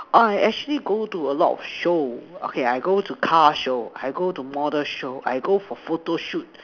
I actually go to a lot of show okay I go to car show I go to model show I go for photo shoot